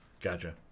Gotcha